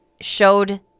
showed